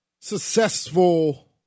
successful